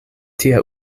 tia